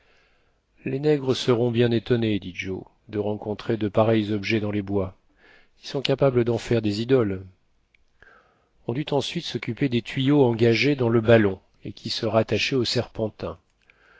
les nègres seront bien étonnés dit joe de rencontrer de pareils objets dans les bois ils sont capables d'en faire des idoles on dut ensuite s'occuper des tuyaux engagés dans le ballon et qui se rattachaient au serpentin